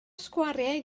sgwariau